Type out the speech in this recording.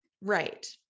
Right